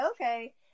okay